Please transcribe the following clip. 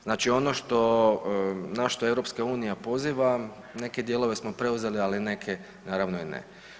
Znači ono što, na što EU poziva, neke dijelove smo preuzeli, ali neke naravno i ne.